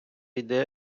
йде